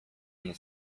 nie